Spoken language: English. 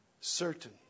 Certain